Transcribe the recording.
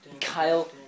Kyle